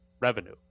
revenue